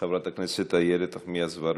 חברת הכנסת איילת נחמיאס ורבין,